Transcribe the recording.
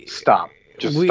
stop we